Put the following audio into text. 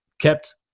kept